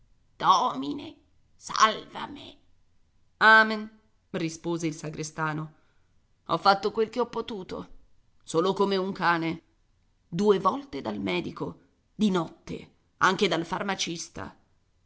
domine salva me amen rispose il sagrestano ho fatto quel che ho potuto solo come un cane due volte dal medico di notte anche dal farmacista